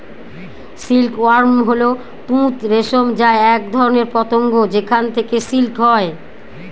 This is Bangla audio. সিল্ক ওয়ার্ম হল তুঁত রেশম যা এক ধরনের পতঙ্গ যেখান থেকে সিল্ক হয়